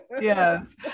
yes